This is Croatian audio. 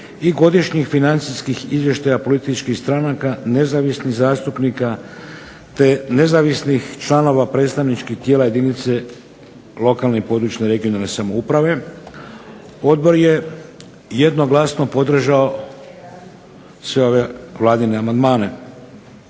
i godišnjih financijskih izvještaja političkih stranaka, nezavisnih zastupnika, te nezavisnih članova predstavničkih tijela jedinice lokalne, područne i regionalne samouprave. Odbor je jednoglasno podržao sve ove Vladine amandmane.